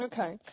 Okay